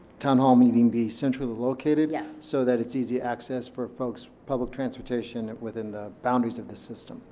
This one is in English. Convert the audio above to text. town hall meeting be centrally located. yes. so that it's easy access for folks. public transportation within the boundaries of the system.